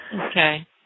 Okay